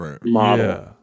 model